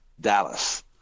Dallas